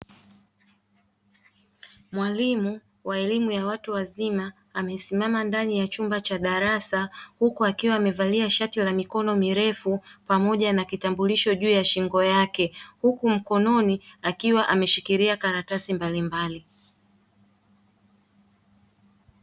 Mwalimu wa elimu ya watu wazima amesimama ndani ya chumba cha darasa huku akiwa amevalia shati la mikono mirefu pamoja na kitambulisho juu ya shingo yake, huku mkononi akiwa ameshikilia karatasi mbalimbali.